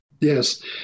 Yes